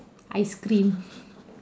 ice cream